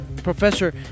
Professor